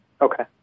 Okay